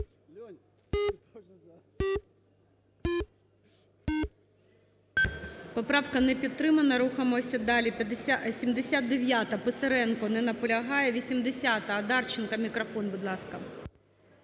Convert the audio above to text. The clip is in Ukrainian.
Поправка не підтримана. Рухаємося далі. 79-а, Писаренко не наполягає. 80-а, Одарченка. Мікрофон, будь ласка.